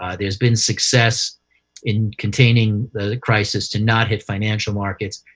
ah there's been success in containing the crisis to not hit financial markets,